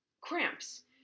cramps